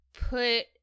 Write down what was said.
put